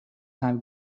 have